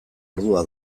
ordua